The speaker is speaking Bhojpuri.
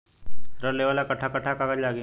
ऋण लेवेला कट्ठा कट्ठा कागज लागी?